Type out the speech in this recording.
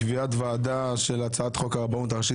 קביעת ועדה של הצעת חוק הרבנות הראשית